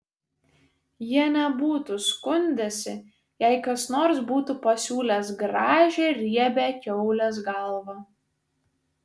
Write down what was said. jie nebūtų skundęsi jei kas nors būtų pasiūlęs gražią riebią kiaulės galvą